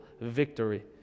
victory